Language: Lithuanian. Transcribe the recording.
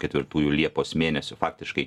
ketvirtųjų liepos mėnesio faktiškai